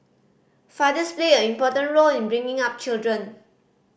fathers play a important role in bringing up children